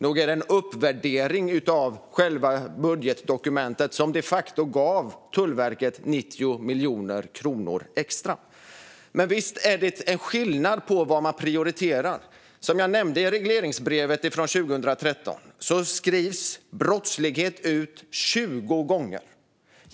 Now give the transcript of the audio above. Nog är det en uppvärdering av själva budgetdokumentet, som de facto gav Tullverket 90 miljoner kronor extra. Men visst är det skillnad på vad man prioriterar. I regleringsbrevet från 2013 skrivs, som jag nämnde, brottslighet ut tjugo gånger.